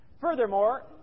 Furthermore